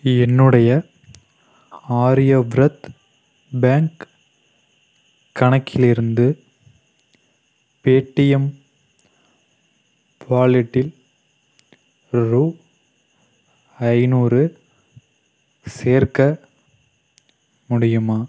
என்னுடைய ஆரியவ்ரத் பேங்க் கணக்கிலிருந்து பேடிஎம் வாலெட்டில் ரூபா ஐந்நூறு சேர்க்க முடியுமா